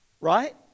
right